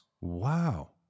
wow